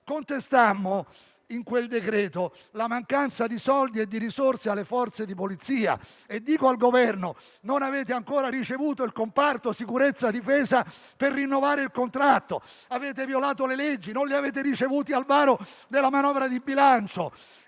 Contestammo, in quel decreto, la mancanza di soldi e di risorse alle Forze di polizia. E dico qui al Governo: non avete ancora ricevuto il comparto sicurezza e difesa per rinnovare il contratto. Avete violato le leggi. Non li avete ricevuti al varo della manovra di bilancio.